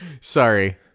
Sorry